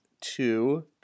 two –